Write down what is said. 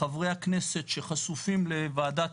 חברי הכנסת שחשופים לוועדת